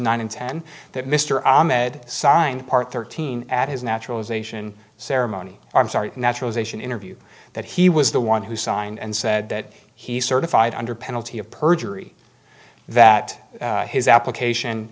nine and ten that mr ahmed signed part thirteen at his naturalization ceremony i'm sorry naturalization interview that he was the one who signed and said that he certified under penalty of perjury that his application